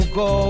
go